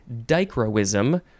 dichroism